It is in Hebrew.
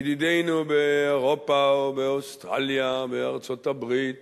ידידינו באירופה או באוסטרליה או בארצות-הברית